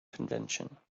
convention